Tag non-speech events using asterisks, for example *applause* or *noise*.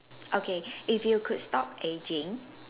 okay *breath* if you could stop aging